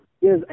Yes